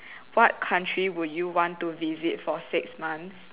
what country would you want to visit for six months